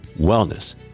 Wellness